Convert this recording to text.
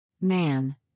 Man